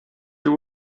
you